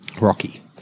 Rocky